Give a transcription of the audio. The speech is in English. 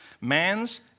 Man's